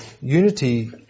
Unity